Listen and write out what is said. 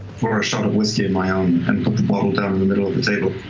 pour a shot of whiskey in my own and put the bottle down in the middle of the table.